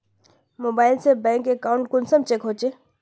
Mobile से bank account कुंसम check होचे?